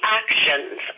actions